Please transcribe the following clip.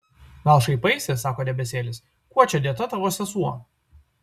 gal šaipaisi sako debesėlis kuo čia dėta tavo sesuo